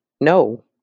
no